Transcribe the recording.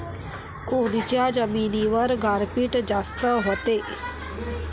कोनच्या जमिनीवर गारपीट जास्त व्हते?